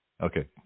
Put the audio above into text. Okay